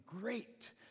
great